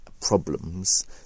problems